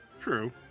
True